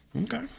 Okay